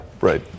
right